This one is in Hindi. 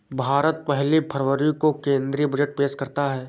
भारत पहली फरवरी को केंद्रीय बजट पेश करता है